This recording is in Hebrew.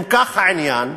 אם כך העניין,